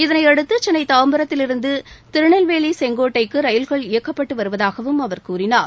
இதனையடுத்து சென்னை தாம்பரத்திலிருந்து திருநெல்வேலி செங்கோட்டைக்கு ரயில்கள் இயக்கப்பட்டு வருவதாகவும் அவர் கூறினார்